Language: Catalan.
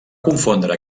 confondre